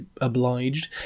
obliged